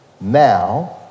Now